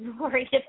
worried